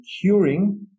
curing